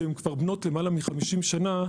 שהן כבר בנות יותר מ-50 שנה,